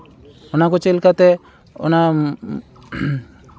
ᱚᱱᱟ ᱠᱚ ᱪᱮᱫ ᱞᱮᱠᱟᱛᱮ ᱚᱱᱟ